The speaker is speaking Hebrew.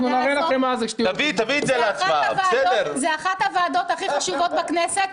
שזאת אחת הוועדות הכי חשובות בכנסת.